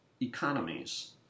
economies